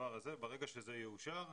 ברגע שזה יאושר,